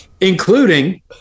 Including